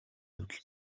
явдал